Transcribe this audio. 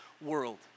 world